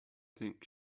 think